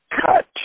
cut